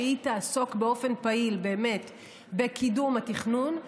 שבאמת תעסוק באופן פעיל בקידום התכנון,